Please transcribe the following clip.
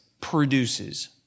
produces